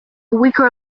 weaker